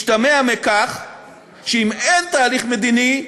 משתמע מכך שאם אין תהליך מדיני,